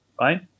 right